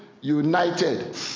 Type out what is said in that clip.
united